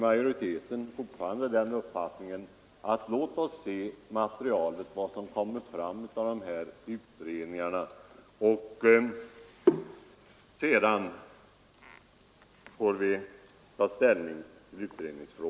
Majoriteten har fortfarande uppfattningen att vi måste se resultatet av dessa utredningar innan vi tar ställning till utredningsfrågan.